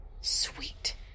Sweet